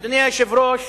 אדוני היושב-ראש,